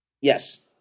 Yes